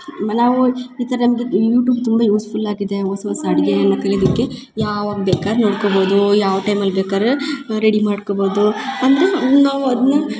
ಮ ನಾವು ಈ ಥರ ನಮ್ಮದು ಯೂಟ್ಯೂಬ್ ತುಂಬ ಯೂಝ್ಫುಲ್ ಆಗಿದೆ ಹೊಸ ಹೊಸ ಅಡ್ಗೆ ಎಲ್ಲ ಕಲಿದಿಕ್ಕೆ ಯಾವಾಗ ಬೇಕಾರ ನೋಡ್ಕೊಬೋದು ಯಾವ ಟೈಮಲ್ಲಿ ಬೇಕರೆ ರೆಡಿ ಮಾಡ್ಕೊಬೋದು ಅಂದರೆ ಹಂಗ ನಾವು ಅದನ್ನ